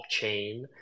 blockchain